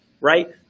right